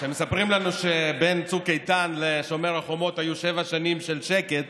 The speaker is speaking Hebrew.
שמספרים לנו שבין צוק איתן לשומר החומות היו שבע שנים של שקט,